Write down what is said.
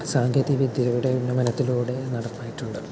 സാങ്കേതികവിദ്യയുടെ ഉന്നമനത്തിലൂടെ നടപ്പായിട്ടുണ്ട്